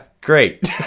great